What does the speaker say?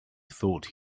thought